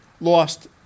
lost